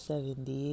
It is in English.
Seventy